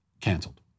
canceled